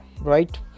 right